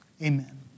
Amen